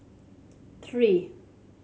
three